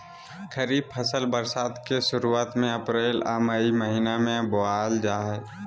खरीफ फसल बरसात के शुरुआत में अप्रैल आ मई महीना में बोअल जा हइ